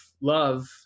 love